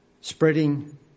Spreading